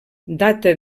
data